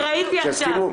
ראיתי עכשיו.